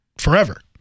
forever